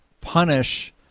punish